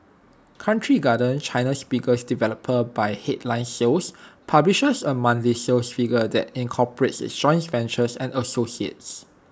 country garden China's biggest developer by headline sales publishes A monthly sales figure that incorporates its joint ventures and associates